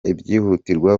ibyihutirwa